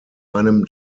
einem